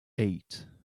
eight